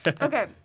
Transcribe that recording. Okay